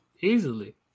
Easily